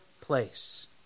place